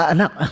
Anak